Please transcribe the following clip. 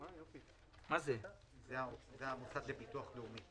זה המוסד לביטוח לאומי.